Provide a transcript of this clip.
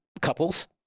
couples